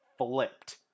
Flipped